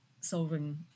solving